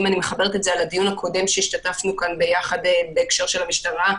אם אני מחברת את זה לדיון הקודם שהשתתפנו בו בהקשר של המשטרה,